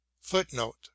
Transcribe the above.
Footnote